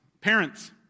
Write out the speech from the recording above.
parents